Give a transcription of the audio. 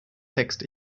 text